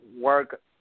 work